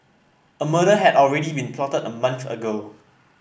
a murder had already been plotted a month ago